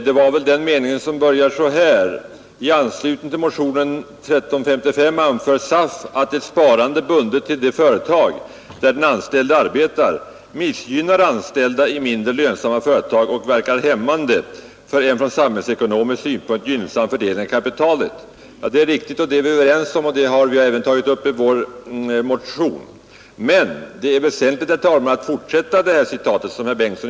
Det var den mening som börjar: ”I anslutning till motionen 1972:1355 anför SAF att ett sparande bundet till det företag, där den anställde arbetar, missgynnar anställda i mindre lönsamma företag och verkar hämmande för en från samhällsekonomisk synpunkt gynnsam fördelning av kapitalet.” Det är riktigt, det är vi överens om, och det har vi även tagit upp i vår motion. Men det är väsentligt att fortsätta att citera vad SAF har yttrat, och det gjorde inte herr Bengtsson.